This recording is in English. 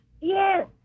yes